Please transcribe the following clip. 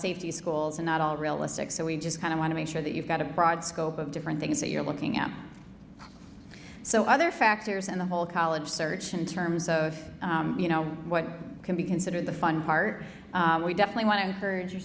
safety schools and not all realistic so we just kind of want to make sure that you've got a broad scope of different things that you're looking at so other factors and the whole college search in terms of you know what can be considered the fun part we definitely want to